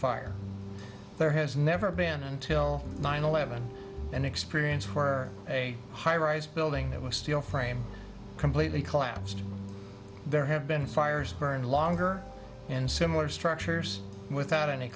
fire there has never been until nine eleven an experience for a high rise building that was steel framed completely collapsed there have been fires burned longer and similar structures without any